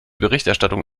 berichterstattung